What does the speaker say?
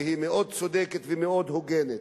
מאוד צודקת ומאוד הוגנת.